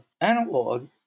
analog